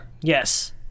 Yes